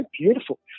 beautiful